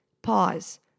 Pause